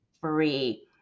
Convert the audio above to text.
free